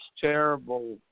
terrible